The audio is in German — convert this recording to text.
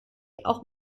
auch